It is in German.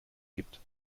gibt